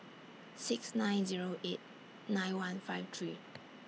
six nine Zero eight nine one five three